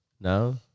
No